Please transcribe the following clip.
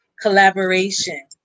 collaboration